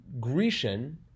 Grecian